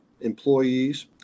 employees